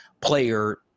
player